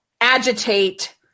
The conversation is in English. agitate